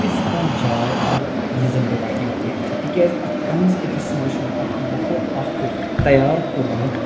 تِژھ کانٛہہ جاے اَکھ یہِ زَن بہٕ رایٹِنٛگ کٔرِتھ چھِ تِکیازٕ اَتھ کمرَس أکِس منٛز چھُ مےٚ اَکھ ماحول اَکھ تیار کوٚرمُت